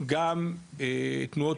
גם תנועות